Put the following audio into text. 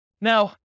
Now